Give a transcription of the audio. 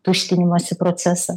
tuštinimosi procesą